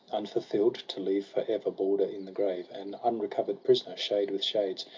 unfulfiu'd, to leave for ever balder in the grave, an unrecover'd prisoner, shade with shades.